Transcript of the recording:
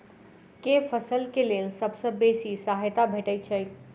केँ फसल केँ लेल सबसँ बेसी सहायता भेटय छै?